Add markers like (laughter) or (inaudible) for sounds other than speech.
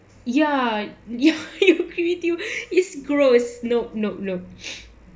ya ya (laughs) you you it's gross it's nope nope nope